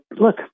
look